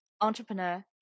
entrepreneur